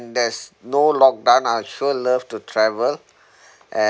there's no lockdown I'll sure love to travel